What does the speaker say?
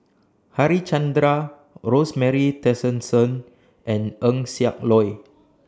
Harichandra Rosemary Tessensohn and Eng Siak Loy